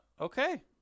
Okay